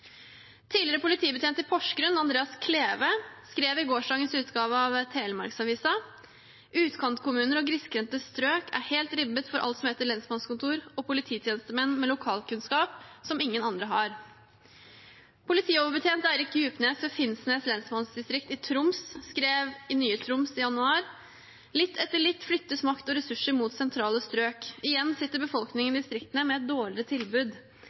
Tidligere politibetjent i Porsgrunn, Andreas Cleve, skrev i gårsdagens utgave av Telemarksavisa: «Utkantkommuner og grisgrendte strøk er helt ribbet for alt som heter lensmannskontor og polititjenestemenn med lokalkunnskap som ingen andre har!» Politioverbetjent Eirik Djupnes ved Finnsnes lensmannsdistrikt i Troms skrev i Nye Troms i januar: «Litt etter litt flyttes makt og ressurser mot sentrale strøk. Igjen sitter befolkningen i distriktene med et dårligere tilbud.